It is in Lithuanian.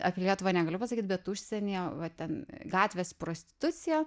apie lietuvą negaliu pasakyt bet užsienyje va ten gatvės prostitucija